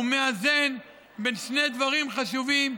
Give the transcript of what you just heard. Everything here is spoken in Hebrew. הוא מאזן בין שני דברים חשובים,